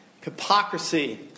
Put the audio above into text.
Hypocrisy